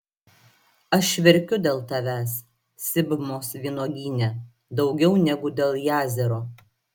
aš verkiu dėl tavęs sibmos vynuogyne daugiau negu dėl jazero